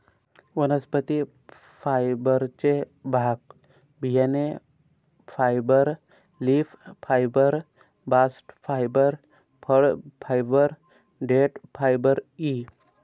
वनस्पती फायबरचे भाग बियाणे fibre, leaf fibre, bast fibre, फळ फायबर, देठ फायबर इ